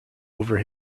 over